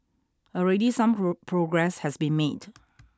already some progress has been made